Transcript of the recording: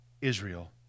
Israel